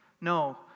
No